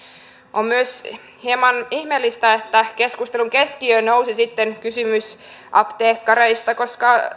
on myös hieman ihmeellistä että keskustelun keskiöön nousi kysymys apteekkareista koska